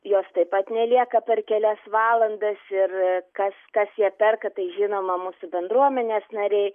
jos taip pat nelieka per kelias valandas ir kas kas ją perka tai žinoma mūsų bendruomenės nariai